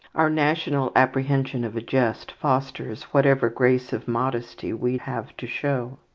our national apprehension of a jest fosters whatever grace of modesty we have to show.